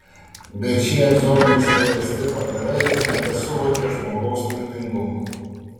bet šie zombiais paversti padarai nebesuvokė žmogaus mirtingumo